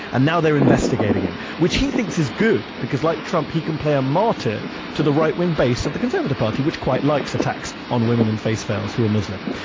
and now they're investigating him, which he thinks is good, because like trump, he can play a martyr to the right-wing base of the conservative party, which quite likes attacks on women in face veils who are muslim.